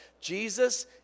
Jesus